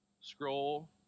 scroll